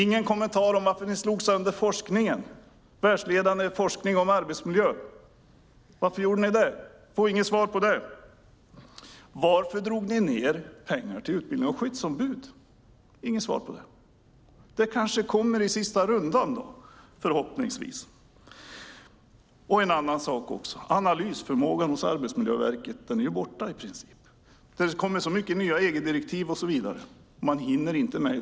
Ni slog sönder den världsledande forskningen om arbetsmiljö. Varför gjorde ni det? Vi får inget svar. Varför drog ni ned på pengarna till skyddsombud? Vi har inte fått något svar på det. Det kommer förhoppningsvis i den sista rundan. Analysförmågan hos Arbetsmiljöverket är i princip borta. Det kommer så många nya EG-direktiv och man hinner inte med.